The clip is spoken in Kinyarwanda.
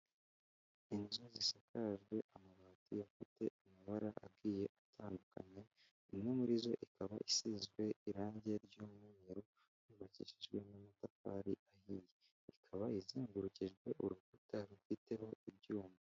Inzu zisakajwe amabati afite amabara agiye atandukanye, imwe muri zo ikaba isizwe irangi ry'umweru yubakijwe n'amatafari ahiye, ikaba izengurukijwe urukuta rufiteho ibyuma.